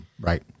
Right